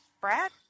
Brad